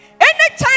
Anytime